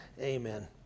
amen